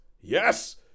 yes